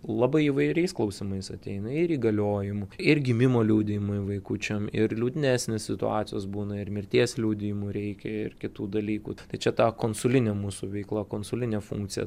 labai įvairiais klausimais ateina ir įgaliojimų ir gimimo liudijimai vaikučiam ir liūdnesnės situacijos būna ir mirties liudijimų reikia ir kitų dalykų tai čia tą konsulinė mūsų veikla konsulinė funkcija